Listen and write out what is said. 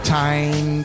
time